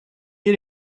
you